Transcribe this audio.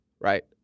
right